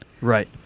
Right